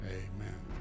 amen